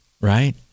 right